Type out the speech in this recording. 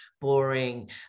boring